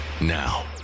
Now